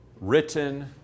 written